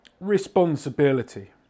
responsibility